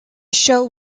show